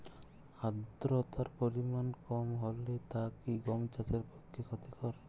আর্দতার পরিমাণ কম হলে তা কি গম চাষের পক্ষে ক্ষতিকর?